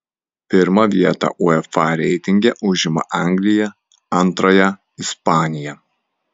pirmą vietą uefa reitinge užima anglija antrąją ispanija